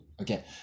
Okay